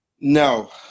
No